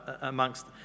amongst